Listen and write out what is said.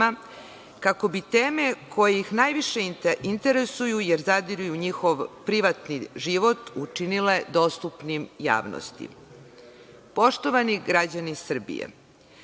kako bi teme koje ih najviše interesuju, jer zadiru i u njihov privatni život, učinile dostupnim javnosti. Poštovani građani Srbije,